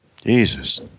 Jesus